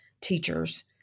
teachers